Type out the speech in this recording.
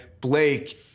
Blake